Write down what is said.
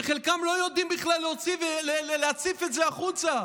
שחלקם לא יודעים בכלל להוציא ולהציף את זה החוצה?